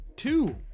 Two